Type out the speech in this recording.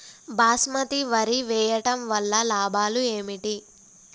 బాస్మతి వరి వేయటం వల్ల లాభాలు ఏమిటి?